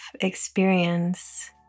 experience